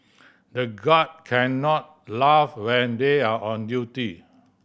the guard cannot laugh when they are on duty